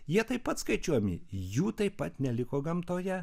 jie taip pat skaičiuojami jų taip pat neliko gamtoje